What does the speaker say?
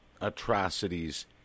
atrocities